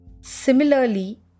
Similarly